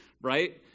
right